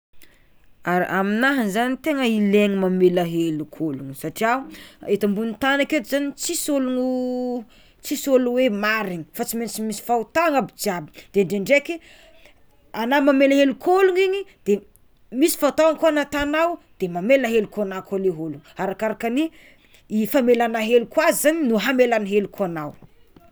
Ar- aminah zany tegna ilaigny mamela heloko ologno, satria eto ambonin'ny aketo zany tsisy ologno tsisy ologno hoe marina fa tsy maintsy misy fahotana aby jiaby, de ndraindraiky anao mamela helok'ologno igny de misy fahotana koa nataonao de mamela heloko anao koa ny ologno arakaraka ny ifamelana heloko azy zany no hamelana heloko anao.